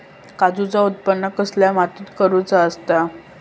काजूचा उत्त्पन कसल्या मातीत करुचा असता?